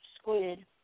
squid